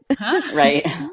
Right